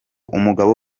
umugabo